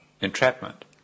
entrapment